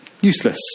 useless